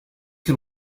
can